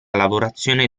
lavorazione